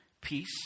peace